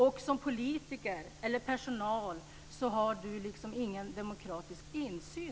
Och som politiker eller personal har man inte längre någon demokratisk insyn.